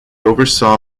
oversaw